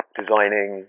designing